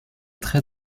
très